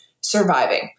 surviving